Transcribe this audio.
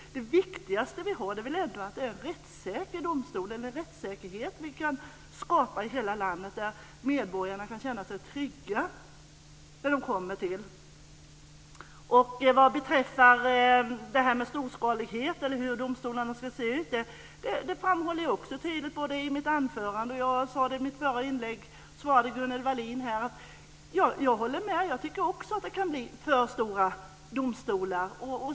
Det viktigaste är väl ändå att vi kan skapa rättssäkerhet i hela landet så att medborgarna kan känna sig trygga. Vad beträffar det här med storskalighet och hur domstolarna ska se ut framhöll jag tydligt i mitt anförande och svarade också Gunnel Wallin i min förra replik att jag håller med. Jag tycker också att det kan bli för stora domstolar.